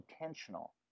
intentional